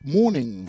morning